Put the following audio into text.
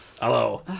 Hello